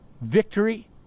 victory